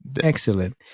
Excellent